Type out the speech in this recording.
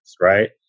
right